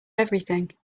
everything